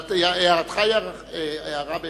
אבל הערתך היא הערה בהחלט,